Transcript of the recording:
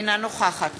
אינה נוכחת